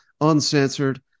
uncensored